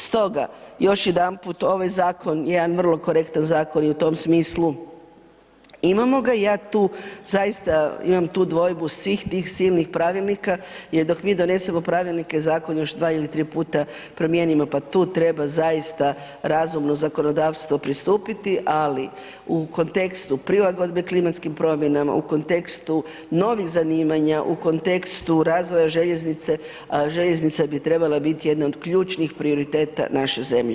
Stoga, još jedanput, ovaj zakon je jedan vrlo korektan zakon i u tom smislu imamo ga i ja tu zaista imam tu dvojbu svih tih silnih pravilnika jer dok mi donesemo pravilnike zakon još dva ili tri puta promijenimo pa tu treba zaista razumno zakonodavstvu pristupiti, ali u kontekstu prilagodbe klimatskim promjenama u kontekstu novih zanimanja u kontekstu razvoja željeznice, željeznica bi trebala biti jedna od ključnih prioriteta naše zemlje.